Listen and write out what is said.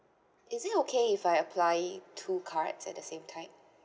is it okay if I apply two cards at the same time